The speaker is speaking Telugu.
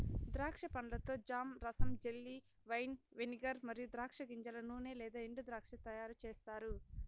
ద్రాక్ష పండ్లతో జామ్, రసం, జెల్లీ, వైన్, వెనిగర్ మరియు ద్రాక్ష గింజల నూనె లేదా ఎండుద్రాక్ష తయారుచేస్తారు